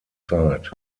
zeit